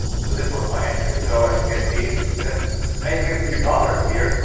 so this was my entry so as you can see making a few dollars here,